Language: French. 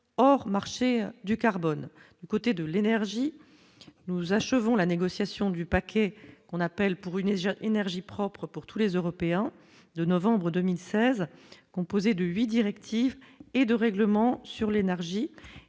hors marché du carbone, du côté de l'énergie, nous achevons la négociation du paquet qu'on appelle pour une jeune énergie propre pour tous les Européens de novembre 2016, composée de huit directives et de règlements sur l'énergie,